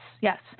yes